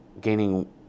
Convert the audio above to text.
gaining